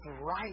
right